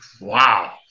wow